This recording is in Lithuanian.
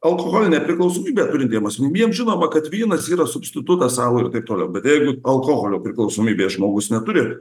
alkoholinę priklausomybę turintiem asmenim jiem žinoma kad vynas yra substitutas alui ir taip toliau bet jeigu alkoholio priklausomybės žmogus neturi